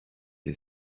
les